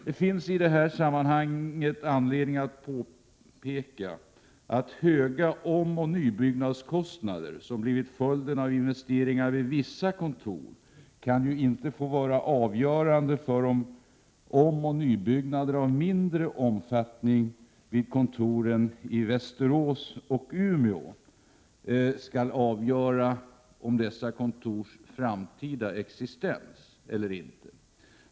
Det finns i detta sammanhang anledning att påpeka att de höga omoch nybyggnadskostnader som blivit följden av investeringar vid vissa kontor icke får vara avgörande för omoch nybyggnader i mindre omfattning vid kontoren i Västerås och Umeå och för dessa kontors framtida existens.